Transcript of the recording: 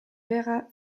vera